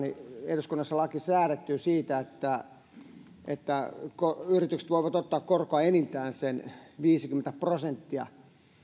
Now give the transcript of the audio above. eduskunnassa laki säädettyä siitä että että yritykset voivat ottaa korkoa enintään sen viisikymmentä prosenttia